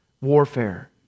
warfare